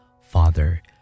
Father